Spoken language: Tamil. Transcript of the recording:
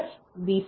F B